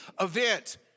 event